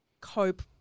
cope